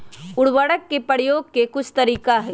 उरवरक के परयोग के कुछ तरीका हई